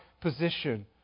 position